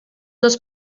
dels